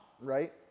right